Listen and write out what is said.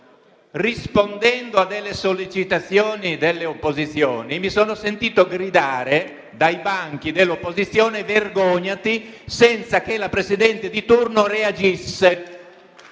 rispondendo ad alcune sollecitazioni delle opposizioni mi sono sentito gridare dai banchi dell'opposizione «vergognati» senza che la Presidente di turno reagisse.